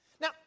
Now